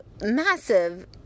massive